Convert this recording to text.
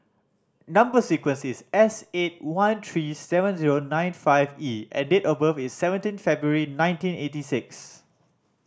number sequence is S eight one three seven zero nine five E and date of birth is seventeen February nineteen eighty six